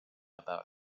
about